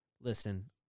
Listen